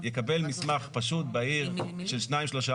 יקבל מסמך פשוט ובהיר של שניים-שלושה